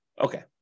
Okay